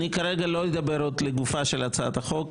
אני כרגע לא אדבר לגופה של הצעת החוק,